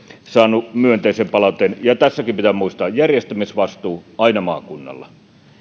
saanut myönteisen palautteen ja tässäkin pitää muistaa järjestämisvastuu aina maakunnalla